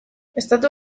estatu